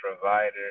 provider